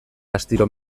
astiro